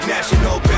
National